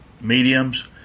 mediums